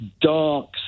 dark